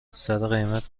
سرقیمت